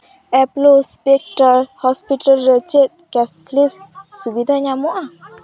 Apollo Spectra hospital ᱨᱮ ᱪᱮᱫ cashless ᱥᱩᱵᱤᱫᱷᱟ ᱧᱟᱢᱚᱜᱼᱟ